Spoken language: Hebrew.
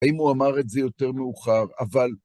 האם הוא אמר את זה יותר מאוחר, אבל...